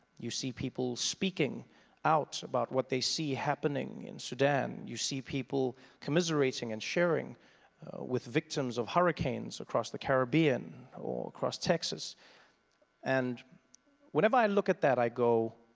you see people speaking out about what they see happening in sudan, you see people commiserating and sharing with victims of hurricanes across the caribbean or across texas and whenever i look at that i go